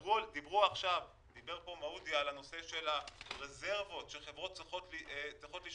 דיבר מעודי על הנושא של הרזרבות שחברות צריכות לשמור.